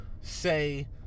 Say